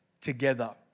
together